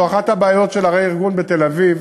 זו אחת הבעיות של הרה-ארגון בתל-אביב